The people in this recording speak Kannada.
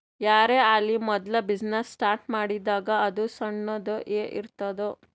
ಯಾರೇ ಆಲಿ ಮೋದುಲ ಬಿಸಿನ್ನೆಸ್ ಸ್ಟಾರ್ಟ್ ಮಾಡಿದಾಗ್ ಅದು ಸಣ್ಣುದ ಎ ಇರ್ತುದ್